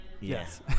Yes